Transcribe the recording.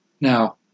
Now